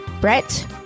Brett